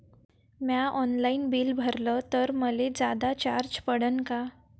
म्या online bill भरलं तर मले जादा चार्ज पडन का?